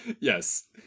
Yes